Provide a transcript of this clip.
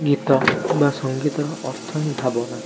ଗୀତ ବା ସଙ୍ଗୀତର ଅର୍ଥ ହିଁ ଭାବନା